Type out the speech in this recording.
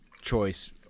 choice